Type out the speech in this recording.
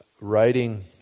writing